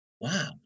wow